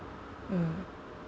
mm